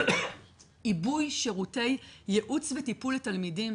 עיבוי שירותי ייעוץ וטיפול לתלמידים